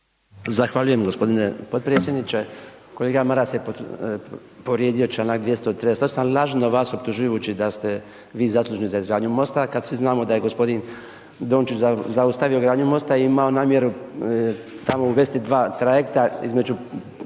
Zahvaljujem gospodine potpredsjedniče. Kolega Maras je povrijedio članak 238. ali lažno vas optužujući da ste vi zaslužni za izgradnju mosta, kada svi znamo da je gospodin Dončić zaustavio gradnju mosta i imao namjeru tamo uvesti 2 trajekta između